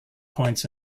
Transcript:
points